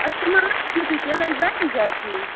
أسۍ چھِ منگان تِتُے تیٚلہِ لَگہِ واریاہ زیادٕ زیُن